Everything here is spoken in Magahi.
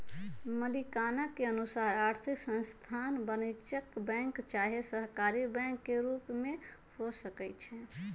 मलिकाना के अनुसार आर्थिक संस्थान वाणिज्यिक बैंक चाहे सहकारी बैंक के रूप में हो सकइ छै